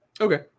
okay